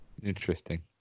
Interesting